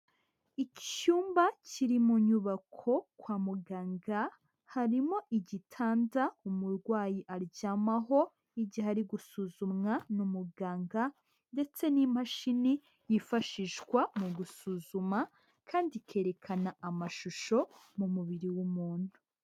Icyumba kiri mu nyubako kwa muganga, harimo igitanda umurwayi aryamaho, igihe ari gusuzumwa n'umuganga ndetse n'imashini yifashishwa mu gusuzuma kandi ikerekana amashusho mu mubiri w'umuntu.